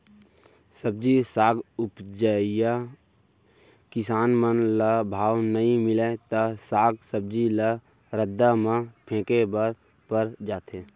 सब्जी साग उपजइया किसान मन ल भाव नइ मिलय त साग सब्जी ल रद्दा म फेंके बर पर जाथे